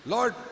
Lord